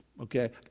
okay